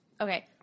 Okay